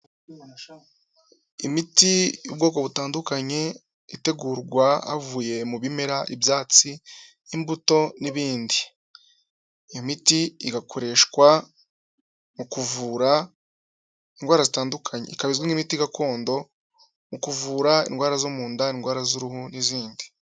Imiti ubwoko butandukanye itegurwa havuye mu bimera, ibyatsi, imbuto n'ibindi. Imuti igakoreshwa mu kuvura indwara zitandukanye. Ikaba izwi nk'imiti gakondo mu kuvura indwara zo mu nda, indwara z'uruhu n'izindi.